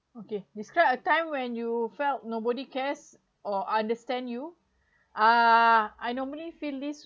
okay describe a time when you felt nobody cares or understand you uh I normally feel this